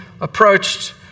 approached